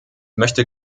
möchte